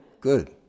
Good